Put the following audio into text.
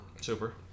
Super